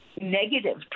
negative